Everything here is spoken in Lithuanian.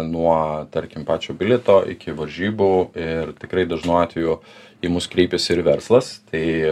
nuo tarkim pačio bilieto iki varžybų ir tikrai dažnu atveju į mus kreipiasi ir verslas tai